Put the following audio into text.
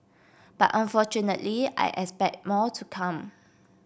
but unfortunately I expect more to come